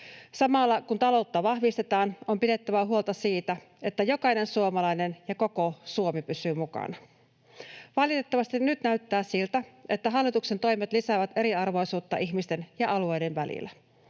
Samalla kun taloutta vahvistetaan, on pidettävä huolta siitä, että jokainen suomalainen ja koko Suomi pysyvät mukana. Valitettavasti nyt näyttää siltä, että hallituksen toimet lisäävät eriarvoisuutta ihmisten ja alueiden välillä.